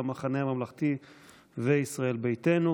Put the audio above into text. המחנה הממלכתי וישראל ביתנו.